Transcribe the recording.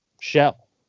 shell